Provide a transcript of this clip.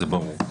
זה ברור.